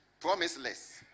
promiseless